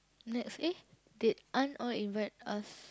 next eh did aunt all invite us